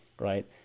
right